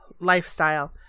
lifestyle